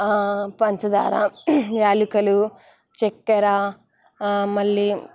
పంచదార యాలకులు చక్కెర మళ్ళీ